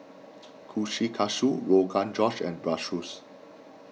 Kushikatsu Rogan Josh and Bratwurst